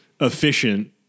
efficient